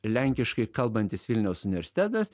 lenkiškai kalbantis vilniaus universitetas